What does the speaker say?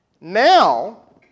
Now